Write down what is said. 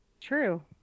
true